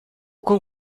con